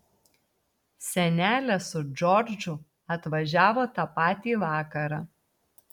senelė su džordžu atvažiavo tą patį vakarą